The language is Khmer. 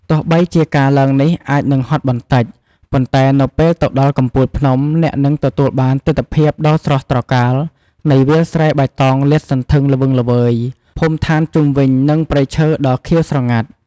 ទោះបីជាការឡើងនេះអាចនឹងហត់បន្តិច ប៉ុន្តែនៅពេលទៅដល់កំពូលភ្នំ អ្នកនឹងទទួលបានទិដ្ឋភាពដ៏ស្រស់ត្រកាលនៃវាលស្រែបៃតងលាតសន្ធឹងល្វឹងល្វើយ ភូមិឋានជុំវិញ និងព្រៃឈើដ៏ខៀវស្រងាត់។